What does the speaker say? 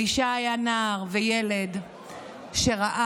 אלישע היה נער וילד שראה